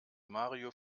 mario